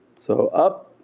so up